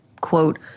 Quote